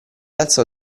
alzò